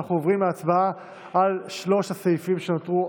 ואנחנו עוברים להצבעה על שלושת הסעיפים שנותרו,